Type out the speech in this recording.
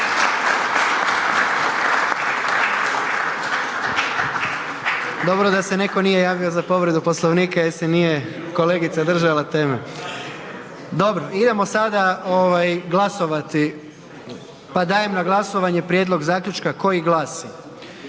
Dobro da se netko nije javio za povredu Poslovnika jer se nije kolegica držala teme. Dobro. Idemo sada glasovati. Pa dajem na glasovanje prijedlog zaključka koji glasi: